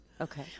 okay